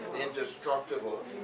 indestructible